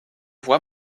vois